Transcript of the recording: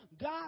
God